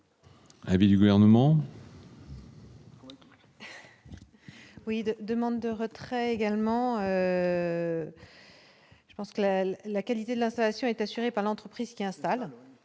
Avis du gouvernement. Oui, de demandes de retrait également. Je pense que la la qualité de l'installation est assurée par l'entreprise qui installe